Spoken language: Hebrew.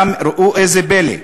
אולם, ראו איזה פלא,